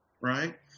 right